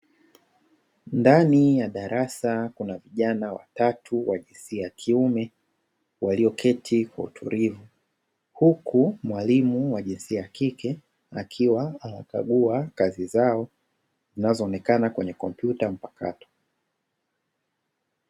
Ndani ya darasa kuna vijana watatu wa jinsia ya kiume walioketi kwa utulivu, huku mwalimu wa jinsia ya kike akiwa anakagua kazi zao zinazoonekana kwenye kompyuta mpakato.